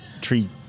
tree